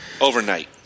overnight